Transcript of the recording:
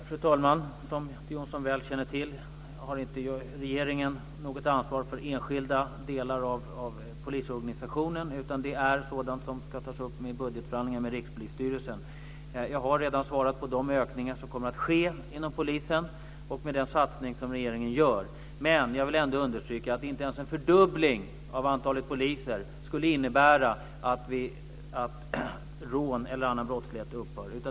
Fru talman! Som Göte Jonsson väl känner till har inte regeringen något ansvar för enskilda delar av polisorganisationen, utan det är sådant som ska tas upp i budgetförhandlingar med Rikspolisstyrelsen. Jag har redan svarat på frågan om de ökningar som kommer att ske inom polisen och den satsning som regeringen gör. Men jag vill ändå understryka att inte ens en fördubbling av antalet poliser skulle innebära att rån eller annan brottslighet upphör.